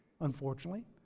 unfortunately